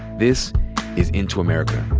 this is into america.